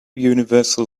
universal